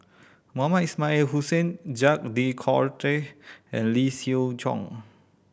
Mohamed Ismail Hussain Jacques De Coutre and Lee Siew Choh